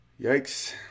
Yikes